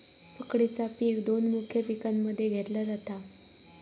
पकडीचा पिक दोन मुख्य पिकांमध्ये घेतला जाता